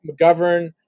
McGovern